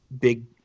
big